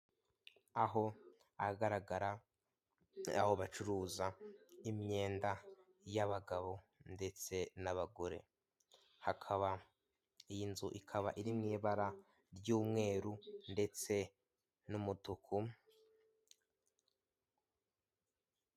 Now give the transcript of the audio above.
Aho ahagaragara aho bacuruza imyenda y'abagabo ndetse n'abagore, hakaba, iyi nzu ikaba iri mu ibara ry'umweru ndetse n'umutuku.